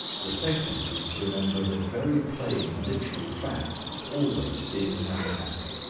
the second is to remember that very plain literal fact always seems fantastic.